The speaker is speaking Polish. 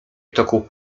toku